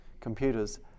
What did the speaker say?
computers